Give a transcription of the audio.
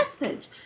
message